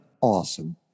awesome